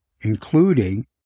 including